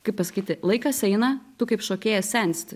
kaip pasakyti laikas eina tu kaip šokėja sensti